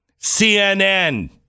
CNN